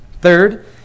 Third